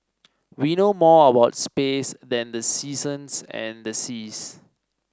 we know more about space than the seasons and the seas